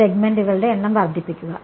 സെഗ്മെന്റുകളുടെ എണ്ണം വർദ്ധിപ്പിക്കുക